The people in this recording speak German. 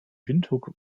windhoek